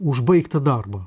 užbaigti darbą